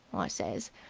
i says,